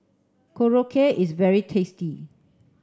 Korokke is very tasty